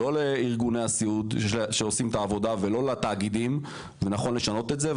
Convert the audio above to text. לא לארגוני הסיעוד שעושים את העבודה ולא לתאגידים ונכון לשנות את זה.